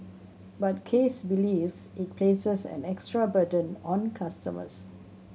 but Case believes it places an extra burden on customers